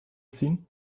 ziehen